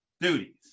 duties